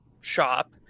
shop